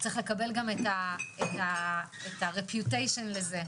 צריך גם לקבל את המוניטין לזה,